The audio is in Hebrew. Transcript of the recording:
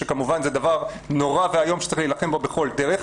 שכמובן זה דבר נורא ואיום שצריך להילחם בו בכל דרך,